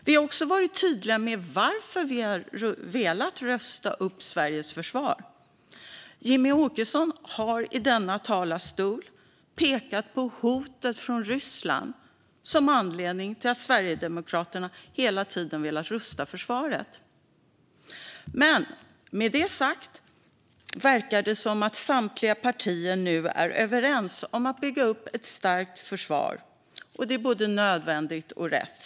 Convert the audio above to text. Vi har också varit tydliga med varför vi velat rusta upp Sveriges försvar. Jimmie Åkesson har i denna talarstol pekat på hotet från Ryssland som anledning till att Sverigedemokraterna hela tiden velat rusta försvaret. Men med det sagt verkar det som att samtliga partier nu är överens om att bygga upp ett starkt försvar. Det är både nödvändigt och rätt.